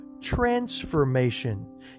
transformation